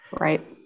Right